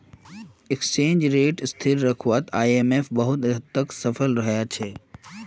exchange rate स्थिर रखवात IMF बहुत हद तक सफल रोया छे